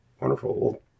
Wonderful